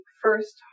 first